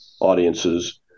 audiences